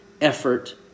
effort